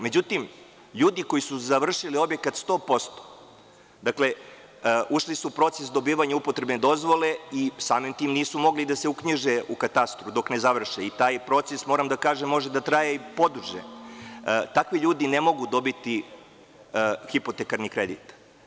Međutim, ljudi koji su završili objekat 100%, dakle, ušli suu proces dobijanja upotrebne dozvole i samim tim nisu mogli da se uknjiže u katastru dok ne završe, i taj proces, moram da kažem, može da traje i poduže, takvi ljudi ne mogu dobiti hipotekarni kredit.